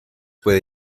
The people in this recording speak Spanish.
puede